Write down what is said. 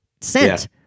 sent